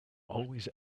always